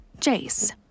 Jace